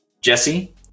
Jesse